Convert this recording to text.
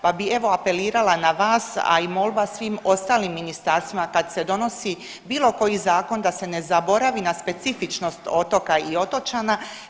Pa bi evo apelirala na vas, a i molba svim ostalim ministarstvima kad se donosi bilo koji zakon da se ne zaboravi na specifičnost otoka i otočana.